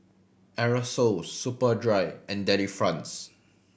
Aerosoles Superdry and Delifrance